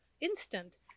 instant